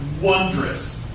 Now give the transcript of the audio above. wondrous